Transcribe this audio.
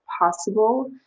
possible